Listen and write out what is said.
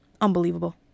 Unbelievable